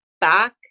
back